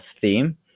theme